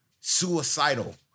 suicidal